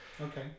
Okay